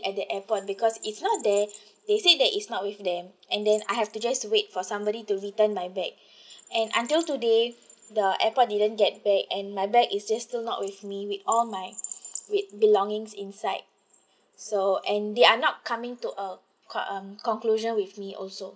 at the airport because it's not there they said that it's not with them and then I have to just wait for somebody to return my bag and until today the airport didn't get back and my bag is just still not with me with all my with belongings inside so and they are not coming to a con~ um conclusion with me also